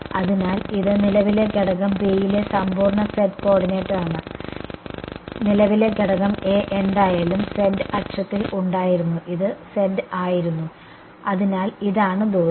അതിനാൽ ഇത് നിലവിലെ ഘടകം B യിലെ സമ്പൂർണ്ണ z കോർഡിനേറ്റാണ് നിലവിലെ ഘടകം A എന്തായാലും z അക്ഷത്തിൽ ഉണ്ടായിരുന്നു ഇത് z ആയിരുന്നു അതിനാൽ ഇതാണ് ദൂരം